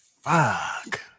Fuck